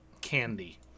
candy